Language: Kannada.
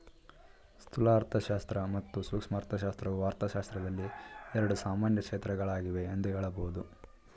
ಸ್ಥೂಲ ಅರ್ಥಶಾಸ್ತ್ರ ಮತ್ತು ಸೂಕ್ಷ್ಮ ಅರ್ಥಶಾಸ್ತ್ರವು ಅರ್ಥಶಾಸ್ತ್ರದಲ್ಲಿ ಎರಡು ಸಾಮಾನ್ಯ ಕ್ಷೇತ್ರಗಳಾಗಿವೆ ಎಂದು ಹೇಳಬಹುದು